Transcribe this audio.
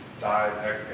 diet